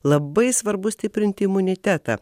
labai svarbu stiprinti imunitetą